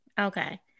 Okay